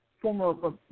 former